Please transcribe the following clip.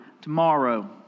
tomorrow